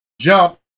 jump